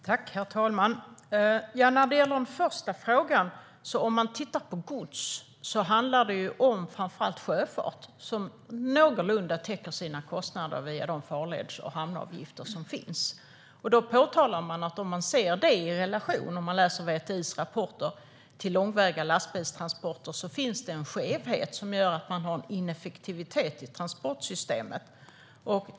Herr talman! När det gäller gods handlar det framför allt om sjöfart som någorlunda täcker sina kostnader via de farleds och hamnavgifter som tas ut. Man påtalar att det, i relation till långväga lastbilstransporter, enligt VTI:s rapporter finns en skevhet som gör att det blir en ineffektivitet i transportsystemet.